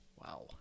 wow